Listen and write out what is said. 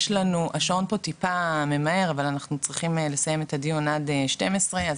אנחנו צריכים לסיים את הדיון עד 12:00 אז